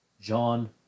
John